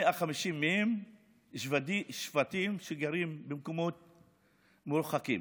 150,000 מהם בשבטים שגרים במקומות מרוחקים.